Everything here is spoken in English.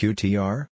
Qtr